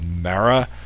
Mara